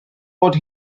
bod